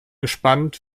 gespannt